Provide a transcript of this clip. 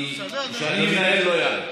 כשאני מנהל, לא יעלה.